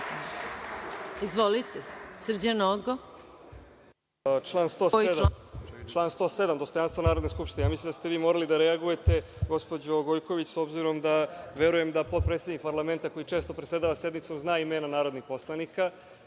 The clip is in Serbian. poslanik Srđan Nogo. **Srđan Nogo** Član 107. dostojanstvo Narodne skupštine. Ja mislim da ste vi morali da reagujete, gospođo Gojković, s obzirom da verujem da potpredsednik parlamenta, koji često predsedava sednicom, zna imena narodnih poslanika